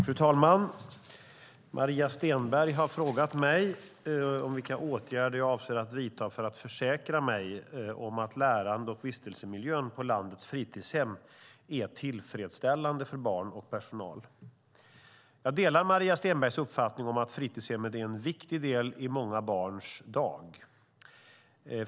Fru talman! Maria Stenberg har frågat mig vilka åtgärder jag avser att vidta för att försäkra mig om att lärande och vistelsemiljön på landets fritidshem är tillfredsställande för barn och personal. Jag delar Maria Stenbergs uppfattning att fritidshemmet är en viktig del i många barns dag.